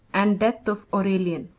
and death of aurelian.